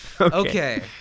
Okay